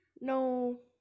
No